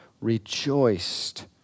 rejoiced